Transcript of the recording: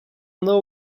now